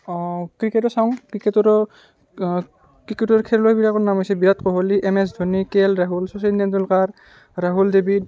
ক্ৰিকেটো চাওঁ ক্ৰিকেটৰো ক্ৰিকেটৰ খেলুৱৈবিলাকৰ নাম হৈছে Virat Kohli M S Dhoni K L Rahul Sachin Tendulkar Rahul Dravid